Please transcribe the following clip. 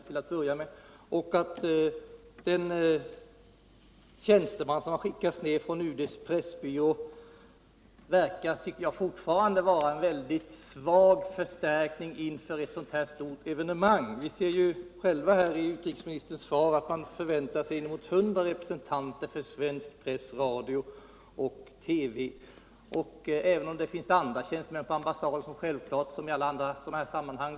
Jag tycker fortfarande att den tjänsteman som har skickats ned från UD:s pressbyrå verkar vara en mycket svag förstärkning inför ett så stort evenemang. Vi kan själva av utrikesministerns svar se att man förväntar sig inemot 100 representanter för svensk press, radio och TV. Även om det finns andra tjänstemän på ambassaden som självfallet, liksom i alla andra sådana sammanhang.